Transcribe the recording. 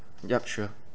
yup sure